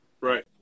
Right